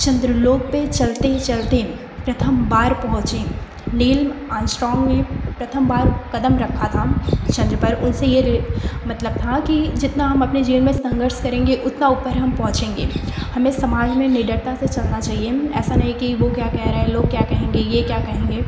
चन्द्र लोक पे चलते चलते प्रथम बार पहुँचे नील आर्मस्ट्रांग ने प्रथम बार कदम रखा था चंद्र पर उनसे ये मतलब था कि जितना हम अपने जीवन में संघर्ष करेंगे उतना ऊपर हम पहुँचेंगे हमें समाज में निडरता से चलना चाहिए ऐसा नहीं कि वो क्या कह रहा लोग क्या कहेंगे ये क्या कहेंगे